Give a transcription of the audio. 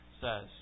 says